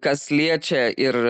kas liečia ir